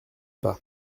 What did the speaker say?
pas